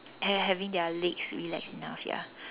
ha~ having their legs relaxed enough ya